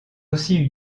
aussi